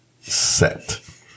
set